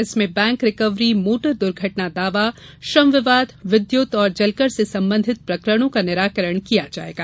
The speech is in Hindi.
इसमें बैंक रिकवरी मोटर द्र्घटना दावा श्रम विवाद विद्युत और जलकर से संबंधित प्रकरणों का निराकरण किया जायेगा